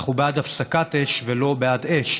אנחנו בעד הפסקת אש ולא בעד אש,